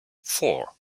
four